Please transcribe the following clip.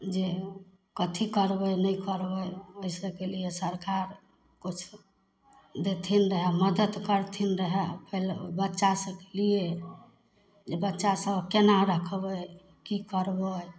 जे कथी करबै नहि करबै ओहि सब केलिए सरकार ओथी देथिन रहै मदत करथिन रहै बच्चा सबके लिए जे बच्चा सब केना रखबै की करबै